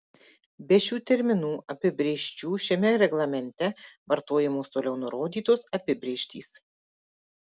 be šių terminų apibrėžčių šiame reglamente vartojamos toliau nurodytos apibrėžtys